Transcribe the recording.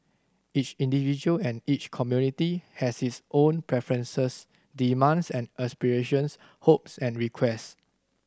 each individual and each community has its own preferences demands and aspirations hopes and request